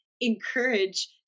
encourage